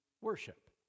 worship